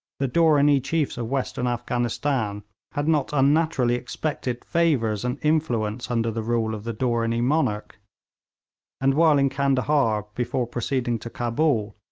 the dooranee chiefs of western afghanistan had not unnaturally expected favours and influence under the rule of the dooranee monarch and while in candahar before proceeding to cabul,